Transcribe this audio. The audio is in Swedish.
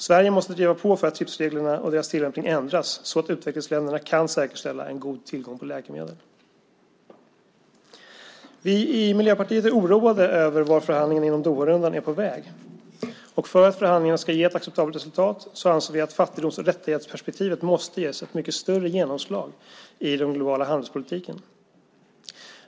Sverige måste driva på för en ändring av TRIPS-reglerna och deras tillämpning så att utvecklingsländerna kan säkerställa en god tillgång på läkemedel. Vi i Miljöpartiet är oroade över vart förhandlingarna inom Doharundan är på väg. För att förhandlingarna ska ge ett acceptabelt resultat anser vi att fattigdoms och rättighetsperspektivet måste ges ett mycket större genomslag i den globala handelspolitiken.